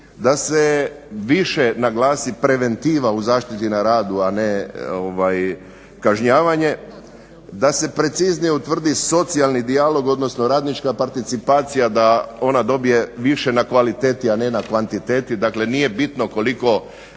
da se više naglasi preventiva u zaštiti na radu, a ne kažnjavanje, da se preciznije utvrdi socijalni dijalog, odnosno radnička participacija da ona dobije više na kvaliteti, a ne na kvantiteti. Dakle, nije bitno koliko